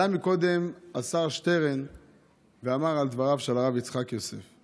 עלה קודם השר שטרן ואמר על דבריו של הרב יצחק יוסף.